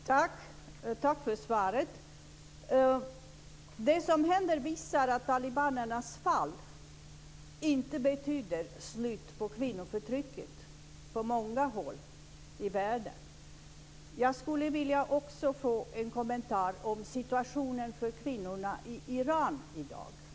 Fru talman! Tack för svaret. Det som här händer visar att talibanernas fall inte betyder att det är slut på kvinnoförtrycket på många håll i världen. Jag skulle också vilja få en kommentar till situationen för kvinnorna i Iran i dag.